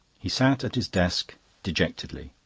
he sat at his desk dejectedly.